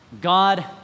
God